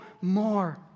more